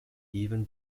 even